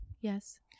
Yes